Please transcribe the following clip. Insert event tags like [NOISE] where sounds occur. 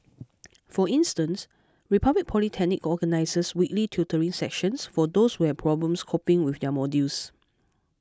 [NOISE] for instance Republic Polytechnic organises weekly tutoring sessions for those who have problems coping with their modules